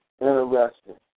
Interesting